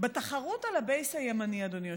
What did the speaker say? בתחרות על ה-base הימני, אדוני היושב-ראש,